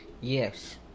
Yes